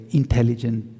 intelligent